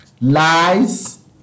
lies